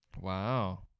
Wow